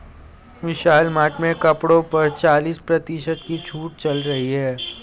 विशाल Mart में कपड़ों पर चालीस प्रतिशत की छूट चल रही है